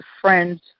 friends